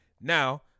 Now